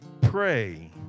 pray